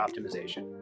optimization